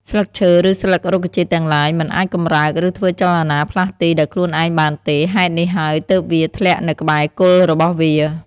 ស្លឹកឈើឬស្លឹករុក្ខជាតិទាំងឡាយ មិនអាចកម្រើក ឬធ្វើចលនា ផ្លាស់ទីដោយខ្លួនឯងបានទេ ហេតុនេះហើយទើបវាធ្លាក់នៅក្បែរគល់របស់វា។